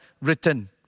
written